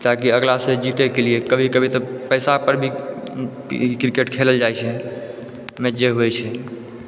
ताकि अगला सँ जीतै के लिए कभी कभी तऽ पैसा पर भी क्रिकेट खेलल जाइ छै मैच जे होइ छै